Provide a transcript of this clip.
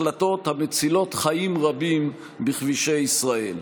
החלטות המצילות חיים רבים בכבישי ישראל.